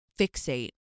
fixate